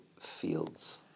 Fields